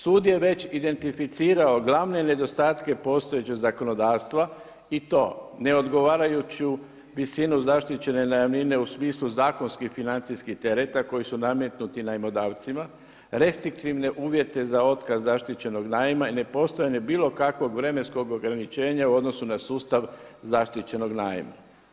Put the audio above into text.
Sud je već identificirao glavne nedostatke postojećeg zakonodavstva i to neodgovarajuću visinu zaštićene najamnine u smislu zakonskih financijskih tereta koji su nametnuti najmodavcima, restriktivne uvjete za otkaz zaštićenog najma i ne postajanje bilo kakvog vremenskog ograničenja u odnosu na sustav zaštićenog najma.